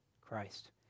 Christ